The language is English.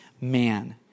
man